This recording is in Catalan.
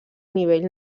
nivell